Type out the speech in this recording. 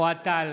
אוהד טל,